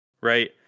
right